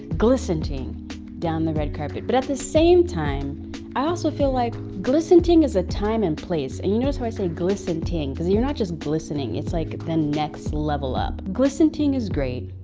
glistenting down the red carpet. but at the same time i also feel like, glistenting is a time and place and you notice how i say glistenting cause you're not just glistening. it's like the next level up. glistenting is great.